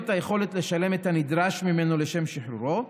את היכולת לשלם את הנדרש ממנו לשם שחרורו,